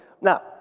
Now